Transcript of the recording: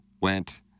went